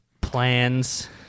plans